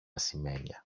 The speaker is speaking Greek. ασημένια